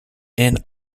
and